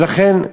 ולכן,